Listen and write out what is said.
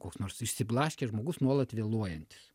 koks nors išsiblaškęs žmogus nuolat vėluojantis